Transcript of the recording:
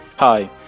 Hi